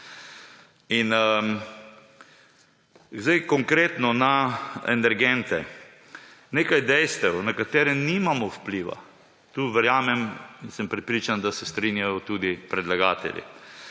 In zdaj konkretno na energente. Nekaj dejstev, na katere nimamo vpliva. Tu verjamem in sem prepričan, da se strinjajo tudi predlagatelji.